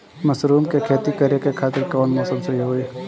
Mushroom के खेती करेके खातिर कवन मौसम सही होई?